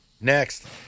Next